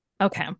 okay